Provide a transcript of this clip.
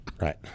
Right